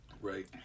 Right